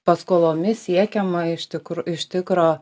paskolomis siekiama iš tikr iš tikro